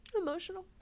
emotional